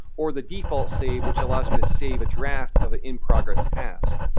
or the default save, which allows me to save a draft of an in-progress task?